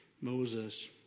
Moses